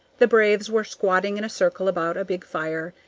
the braves were squatting in a circle about a big fire,